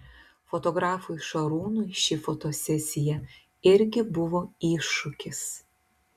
fotografui šarūnui ši fotosesija irgi buvo iššūkis